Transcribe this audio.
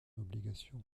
obligation